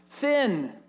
thin